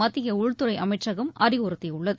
மத்திய உள்துறை அமைச்சகம் அறிவுறுத்தியுள்ளது